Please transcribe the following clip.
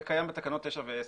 זה קיים בתקנות 9 ו-10.